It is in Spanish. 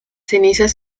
cenizas